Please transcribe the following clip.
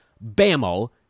bam-o